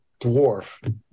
dwarf